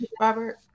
Robert